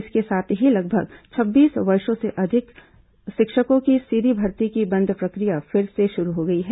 इसके साथ ही लगभग छब्बीस वर्षों से शिक्षकों की सीधी भर्ती की बंद प्रक्रिया फिर से शुरू हो गई है